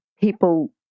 people